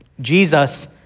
Jesus